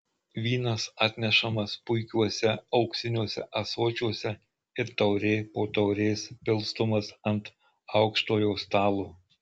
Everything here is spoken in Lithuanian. vynas atnešamas puikiuose auksiniuose ąsočiuose ir taurė po taurės pilstomas ant aukštojo stalo